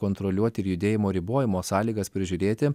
kontroliuoti ir judėjimo ribojimo sąlygas prižiūrėti